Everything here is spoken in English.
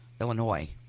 Illinois